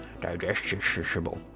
digestible